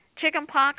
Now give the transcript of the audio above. Chickenpox